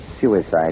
Suicide